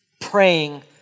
praying